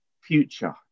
future